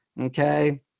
okay